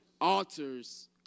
Altars